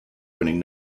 winning